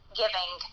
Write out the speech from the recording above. giving